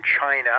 China